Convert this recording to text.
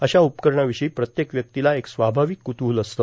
अषा उपकरणाविषयी प्रत्यक व्यक्तीला एक स्वाभाविक क्तूहल असते